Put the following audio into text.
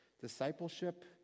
discipleship